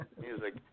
music